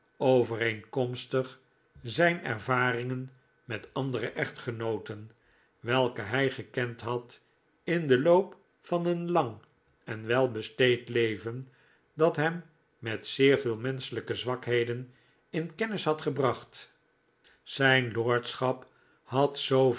overeenkomstig zijn ervaringen met andere echtgenooten welke hij gekend had in den loop van een lang en welbesteed leven dat hem met zeer veel menschelijke zwakheden in kennis had gebracht zijn lordschap had